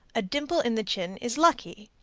a dimple in the chin is lucky.